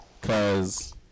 cause